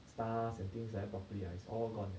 stars and things that are properly is all gone ah